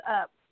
up